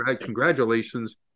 congratulations